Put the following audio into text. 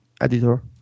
editor